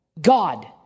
God